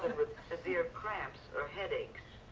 and with severe cramps or headaches,